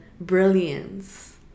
brilliance